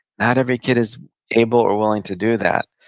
not every kid is able or willing to do that,